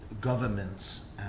governments